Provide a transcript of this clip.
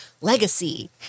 legacy